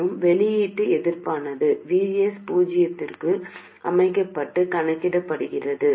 மற்றும் வெளியீட்டு எதிர்ப்பானது Vs பூஜ்ஜியமாக அமைக்கப்பட்டு கணக்கிடப்படுகிறது